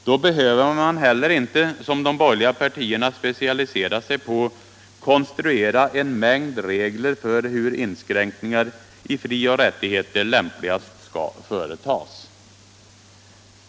Då behöver man heller inte, som de borgerliga partierna specialiserat — Frioch rättigheter i sig på, konstruera en mängd regler för hur inskränkningar i frioch rät — grundlag tigheter lämpligast skall företas.